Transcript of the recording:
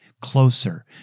closer